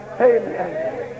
Amen